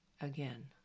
again